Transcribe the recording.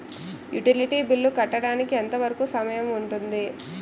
Utility bill కట్టడానికి ఎంత వరుకు సమయం ఉంటుంది?